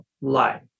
life